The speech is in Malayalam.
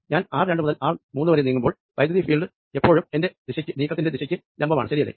ഞാൻ ആർ രണ്ടു മുതൽ ആർ മൂന്നു വരെ നീങ്ങുമ്പോൾ ഇലക്ട്രിക് ഫീൽഡ് എപ്പോഴും എന്റെ നീക്കത്തിന്റെ ദിശക്ക് ഹൊറിസോണ്ടലാണ് ശരിയല്ലേ